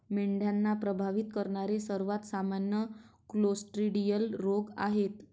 मेंढ्यांना प्रभावित करणारे सर्वात सामान्य क्लोस्ट्रिडियल रोग आहेत